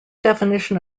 definition